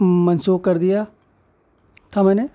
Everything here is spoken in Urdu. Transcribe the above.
منسوخ کر دیا تھا میں نے